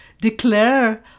declare